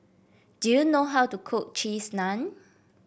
do you know how to cook Cheese Naan